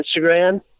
Instagram